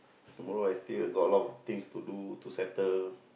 tomorrow I still got a lot of things to do to settle